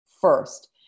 first